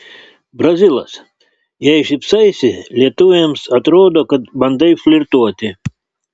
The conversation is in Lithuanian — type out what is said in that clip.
brazilas jei šypsaisi lietuvėms atrodo kad bandai flirtuoti